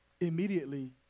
immediately